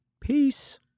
peace